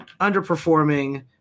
underperforming